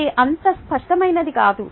ఇది అంత స్పష్టమైనది కాదు